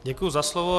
Děkuji za slovo.